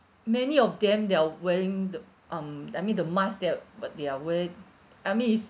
many of them they're wearing the um I mean the mask that but they are wear it I mean is